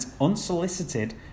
unsolicited